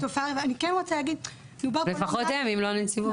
אני כן רוצה להגיד --- לפחות הם, אם לא הנציבות.